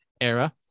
era